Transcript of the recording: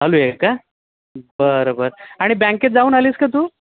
चालू आहे का बरं बरं आणि बँकेत जाऊन आली आहेस का तू